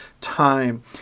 time